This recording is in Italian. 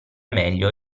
meglio